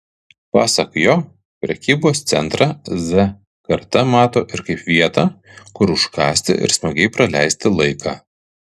pasak jo prekybos centrą z karta mato ir kaip vietą kur užkąsti ir smagiai praleisti laiką